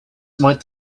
might